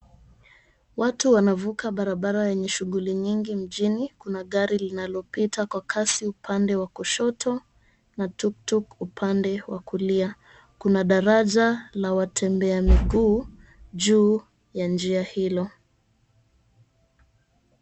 Watu wanavuka barabara yenye shughuli nyingi mjini, kuna gari linalopita kwa kasi upande wa kushoto na tuktuk upande wa kulia, kuna daraja la watembea miguu juu ya njia hilo.